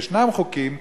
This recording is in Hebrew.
וישנם חוקים